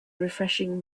refreshing